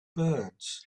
birds